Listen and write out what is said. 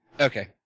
Okay